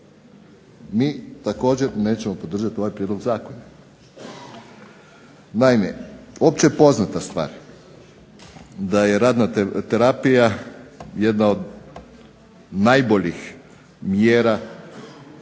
mi također nećemo podržati ovaj prijedlog zakona. Naime, općepoznata je stvar da je radna terapija jedna od najboljih mjera